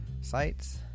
sites